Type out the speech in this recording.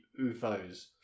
UFOs